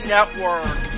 Network